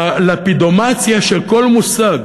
בלפידומציה של כל מושג,